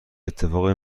اتفاقی